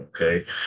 Okay